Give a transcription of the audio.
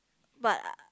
but